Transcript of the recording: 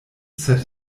sed